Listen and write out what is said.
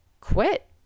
quit